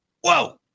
whoa